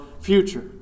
future